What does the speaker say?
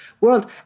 world